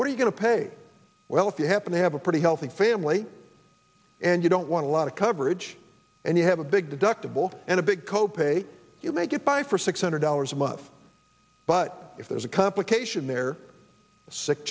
were you going to pay well if you happen to have a pretty healthy family and you don't want to lot of coverage and you have a big deductible and a big co pay you may get by for six hundred dollars a month but if there's a complication they're sick